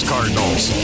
Cardinals